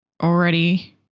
already